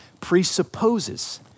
presupposes